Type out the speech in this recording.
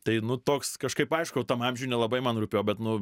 tai nu toks kažkaip aišku jau tam amžiuj nelabai man rūpėjo bet nu